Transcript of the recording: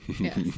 Yes